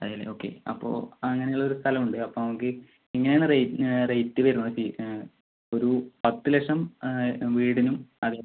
അതെ അല്ലെ ഓക്കെ അപ്പോൾ അങ്ങനെയുള്ളൊരു സ്ഥലമുണ്ട് അപ്പോൾ നമുക്ക് ഇങ്ങനെയാണ് റേറ്റ് റേറ്റ് വരുന്നത് ഒരു പത്തുലക്ഷം വീടിനും അതേപോലെ